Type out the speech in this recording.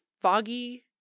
foggy